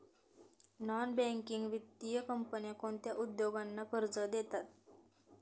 Non banking वित्तीय कंपन्या कोणत्या उद्योगांना कर्ज देतात?